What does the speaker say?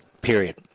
Period